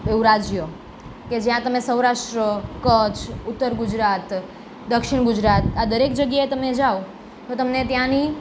એવું રાજ્ય કે જ્યાં તમે સૌરાસ્ટ્ર કચ્છ ઉત્તર ગુજરાત દક્ષિણ ગુજરાત આ દરેક જગ્યાએ તમે જાઓ તો તમને ત્યાંની